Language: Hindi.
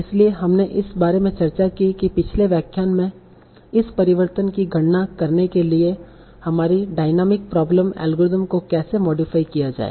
इसलिए हमने इस बारे में चर्चा की कि पिछले व्याख्यान में इस परिवर्तन की गणना करने के लिए हमारी डायनामिक प्रॉब्लम एल्गोरिदम को कैसे मॉडिफाई किया जाए